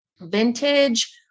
vintage